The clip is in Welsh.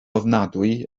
ofnadwy